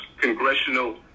Congressional